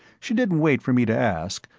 she didn't wait for me to ask,